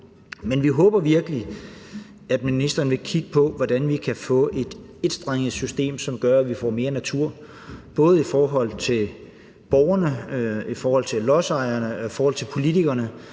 Men vi håber virkelig, at ministeren vil kigge på, hvordan vi kan få et etstrenget system, som gør, at vi får mere natur, både i forhold til borgerne, i forhold til lodsejerne og i forhold til politikerne: